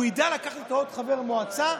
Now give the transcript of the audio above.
הוא ידע לקחת איתו עוד חבר מועצה,